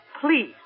please